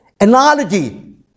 analogy